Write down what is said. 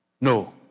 No